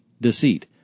deceit